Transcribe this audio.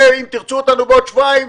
ואם תרצו אותנו בעוד שבועיים,